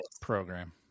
program